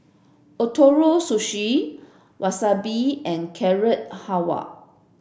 Ootoro Sushi Wasabi and Carrot Halwa